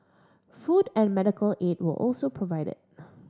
food and medical aid were also provided